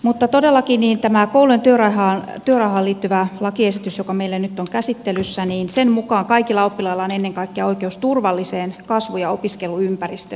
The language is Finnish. mutta todellakin tämän koulujen työrauhaan liittyvän lakiesityksen mukaan joka meillä nyt on käsittelyssä kaikilla oppilailla on ennen kaikkea oikeus turvalliseen kasvu ja opiskeluympäristöön